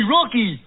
Rocky